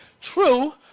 True